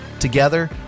Together